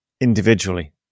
individually